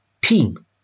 team